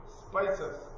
spices